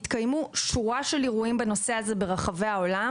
התקיימו שורה של אירועים בנושא הזה ברחבי העולם